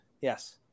Yes